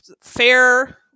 fair